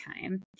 time